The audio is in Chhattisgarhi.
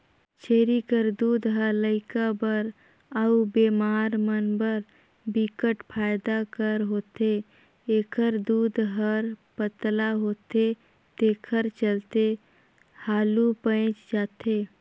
छेरी कर दूद ह लइका बर अउ बेमार मन बर बिकट फायदा कर होथे, एखर दूद हर पतला होथे तेखर चलते हालु पयच जाथे